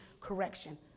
correction